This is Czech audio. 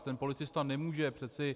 Ten policista nemůže přece...